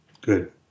Good